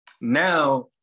Now